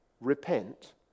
repent